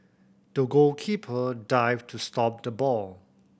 the goalkeeper dived to stop the ball